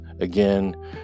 again